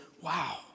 wow